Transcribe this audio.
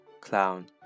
clown